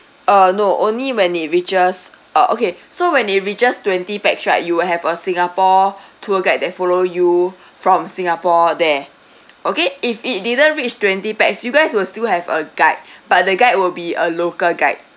uh no only when it reaches uh okay so when it reaches twenty pax lah you will have a singapore tour guide that follow you from singapore there okay if it didn't reach twenty pax you guys will still have a guide but the guide will be a local guide